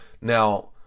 now